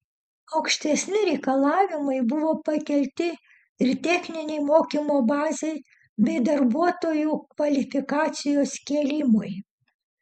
aukštesni reikalavimai buvo pakelti ir techninei mokymo bazei bei darbuotojų kvalifikacijos kėlimui